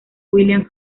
william